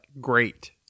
great